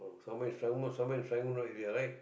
somewhere some~ Ser~ somewhere to Serangoon Road area right